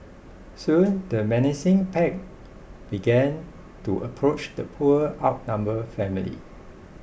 soon the menacing pack began to approach the poor outnumber family